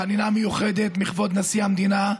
חנינה מיוחדת מכבוד נשיא המדינה,